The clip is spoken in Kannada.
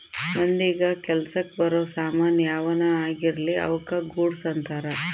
ಮಂದಿಗ ಕೆಲಸಕ್ ಬರೋ ಸಾಮನ್ ಯಾವನ ಆಗಿರ್ಲಿ ಅವುಕ ಗೂಡ್ಸ್ ಅಂತಾರ